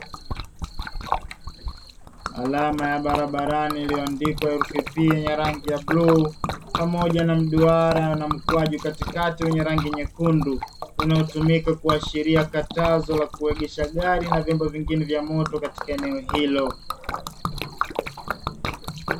Alama ya barabarani iliyoandikwa herufi P yenye rangi ya bluu pamoja na mduara na mkwaju katikati wenye rangi nyekundu, unaotumika kuashiria katazo la kuegesha gari na vyombo vingine vya moto katika eneo hilo.